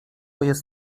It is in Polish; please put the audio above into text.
jest